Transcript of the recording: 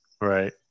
Right